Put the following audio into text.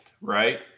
right